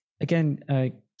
again